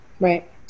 right